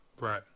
Right